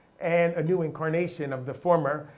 and a new incarnation of the former.